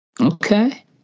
Okay